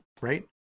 right